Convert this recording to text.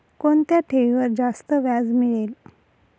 कोणत्या ठेवीवर जास्त व्याज मिळेल?